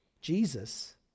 Jesus